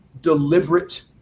deliberate